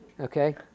Okay